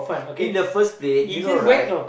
in the first place you know right